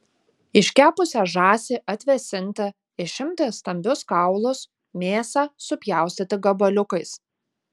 iškepusią žąsį atvėsinti išimti stambius kaulus mėsą supjaustyti gabaliukais